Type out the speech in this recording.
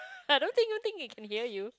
I don't even think they can hear you